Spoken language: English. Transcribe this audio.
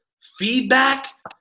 feedback